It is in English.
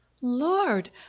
Lord